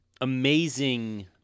amazing –